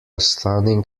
stunning